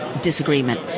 disagreement